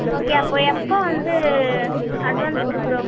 okay அப்போ எப்போ வந்து அட்வான்ஸ் கொடுக்குணும்